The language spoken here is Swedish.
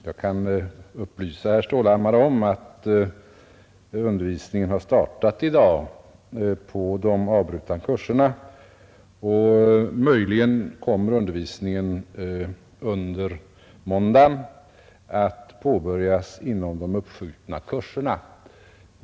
Jag kan upplysa herr Stålhammar om att undervisningen i de avbrutna kurserna har startat i dag, och möjligen kommer undervisningen under måndagen att påbörjas inom de uppskjutna kurserna.